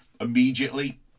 immediately